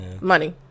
Money